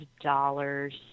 dollars